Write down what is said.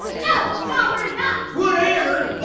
no no we're not! whatever! you